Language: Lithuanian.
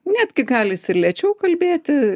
netgi gali jis ir lėčiau kalbėti